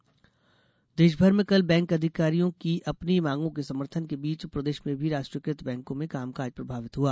bank हड़ताल देश भर में कल बैंक अधिकारियों की अपनी मांगों के समर्थन के बीच प्रदेश में भी राष्ट्रीयकृत बैंकों में कामकाज प्रभावित हुआ